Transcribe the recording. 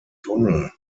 tunnel